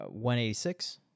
186